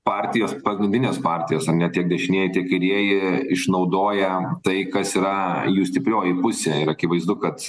partijos pagrindinės partijos ar ne tiek dešinieji tiek kairieji išnaudoja tai kas yra jų stiprioji pusė ir akivaizdu kad